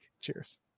Cheers